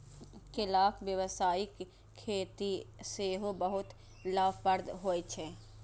केलाक व्यावसायिक खेती सेहो बहुत लाभप्रद होइ छै